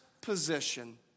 position